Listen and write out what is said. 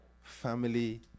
family